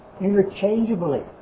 interchangeably